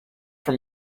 from